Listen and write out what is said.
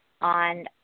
on